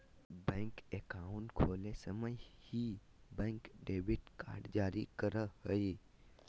bank account खोले समय ही, बैंक डेबिट कार्ड जारी करा हइ